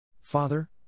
Father